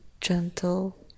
gentle